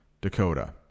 dakota